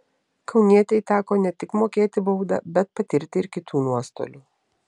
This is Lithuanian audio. kaunietei teko ne tik mokėti baudą bet patirti ir kitų nuostolių